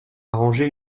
arranger